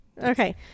Okay